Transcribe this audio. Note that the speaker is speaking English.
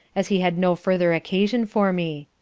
as he had no further occasion for me.